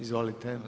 Izvolite.